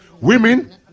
Women